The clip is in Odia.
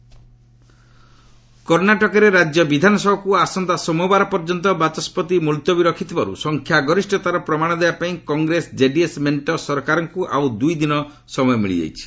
କର୍ଣ୍ଣାଟକ ପଲିଟିକ୍ସ କର୍ଷ୍ଣାଟକରେ ରାଜ୍ୟ ବିଧାନସଭାକୁ ଆସନ୍ତା ସୋମବାର ପର୍ଯ୍ୟନ୍ତ ବାଚସ୍କତି ମୁଲତବୀ ରଖିଥିବାରୁ ସଂଖ୍ୟାଗରିଷତାର ପ୍ରମାଣ ଦେବାପାଇଁ କଂଗ୍ରେସ ଜେଡିଏସ୍ ମେଣ୍ଟ ସରକାରକୁ ଆଉ ଦୁଇ ଦିନ ସମୟ ମିଳିଯାଇଛି